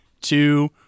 two